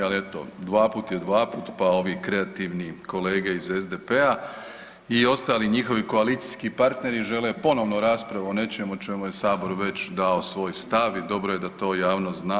Ali eto dvaput je dvaput, pa ovi kreativni kolege iz SDP-a i ostali njihovi koalicijski partneri žele ponovno raspravu o nečemu o čemu je Sabor već dao svoj stav i dobro je da to javnost zna.